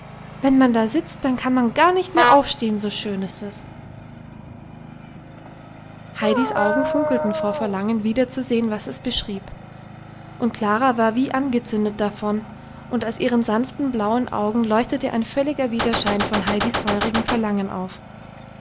wenn man da sitzt dann kann man gar nicht mehr aufstehen so schön ist es heidis augen funkelten vor verlangen wiederzusehen was es beschrieb und klara war wie angezündet davon und aus ihren sanften blauen augen leuchtete ein völliger widerschein von heidis feurigem verlangen auf